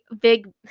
big